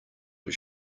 was